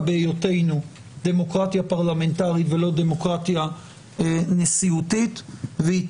בהיותנו דמוקרטיה פרלמנטרית ולא דמוקרטיה נשיאותית והיא